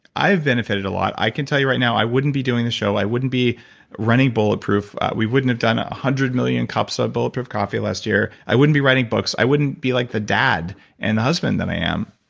i've benefited a lot. i can tell you right now, i wouldn't be doing this show. i wouldn't be running bulletproof. we wouldn't have done a hundred million cups of bulletproof coffee last year. i wouldn't be writing books. i wouldn't be like the dad and husband that i am.